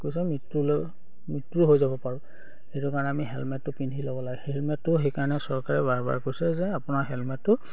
কৈছে মৃত্যুলৈ মৃত্যু হৈ যাব পাৰোঁ সেইটো কাৰণে আমি হেলমেটটো পিন্ধি ল'ব লাগে হেলমেটটো সেইকাৰণে চৰকাৰে বাৰ বাৰ কৈছে যে আপোনাৰ হেলমেটটো